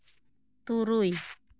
ᱛᱩᱨᱩᱭ